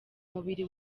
mubiri